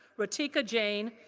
ritika jain,